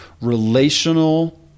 relational